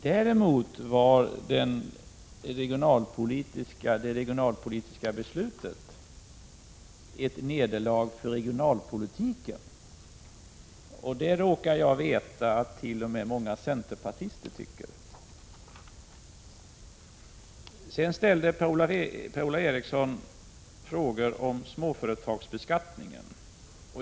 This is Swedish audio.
Däremot var det regionalpolitiska beslutet ett nederlag för regionalpolitiken. Jag råkar veta att t.o.m. många centerpartister tycker det. Per-Ola Eriksson ställde frågor om småföretagsbeskattningen.